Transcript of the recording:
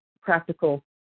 practical